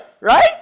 Right